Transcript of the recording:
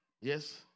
Yes